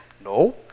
No